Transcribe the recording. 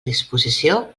disposició